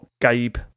gabe